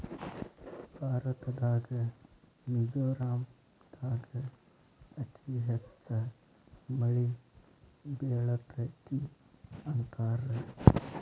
ಭಾರತದಾಗ ಮಿಜೋರಾಂ ದಾಗ ಅತಿ ಹೆಚ್ಚ ಮಳಿ ಬೇಳತತಿ ಅಂತಾರ